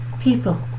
People